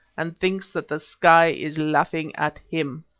and thinks that the sky is laughing at him.